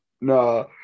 No